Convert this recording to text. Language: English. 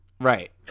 right